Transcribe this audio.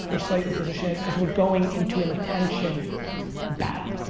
or slighten position, because we're going into an attention battle.